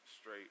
straight